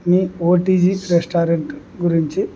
మీ O T G restaurant గురించి